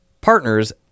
partners